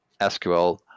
SQL